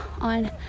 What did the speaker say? on